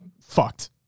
fucked